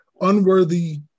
unworthy